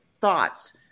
thoughts